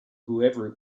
whoever